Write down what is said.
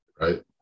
right